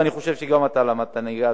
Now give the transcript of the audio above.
ואני חושב שגם אתה למדת נהיגה,